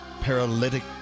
paralytic